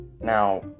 Now